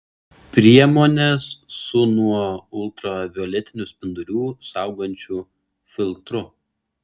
priemonės su nuo ultravioletinių spindulių saugančiu filtru